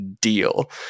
deal